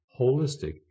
holistic